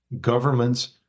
governments